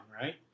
right